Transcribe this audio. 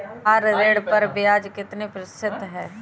Car ऋण पर ब्याज कितने प्रतिशत है?